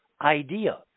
Idea